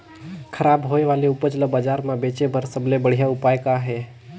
खराब होए वाले उपज ल बाजार म बेचे बर सबले बढ़िया उपाय का हे?